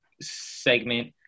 segment